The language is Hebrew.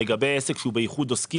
לגבי עסק שהוא באיחוד עוסקים,